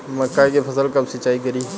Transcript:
मका के फ़सल कब सिंचाई करी?